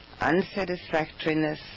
unsatisfactoriness